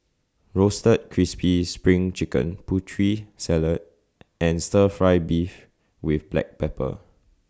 Roasted Crispy SPRING Chicken Putri Salad and Stir Fry Beef with Black Pepper